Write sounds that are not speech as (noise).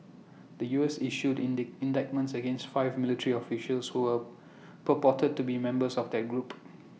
the U S issued indeed indictments against five military officials who were (noise) purported to be members of that group